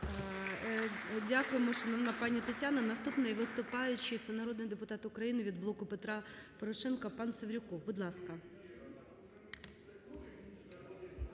Дякуємо, шановна пані Тетяно. Наступний виступаючий, це народний депутат України від "Блоку Петра Порошенка" пан Севрюков. Будь ласка.